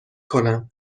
کنم